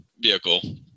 vehicle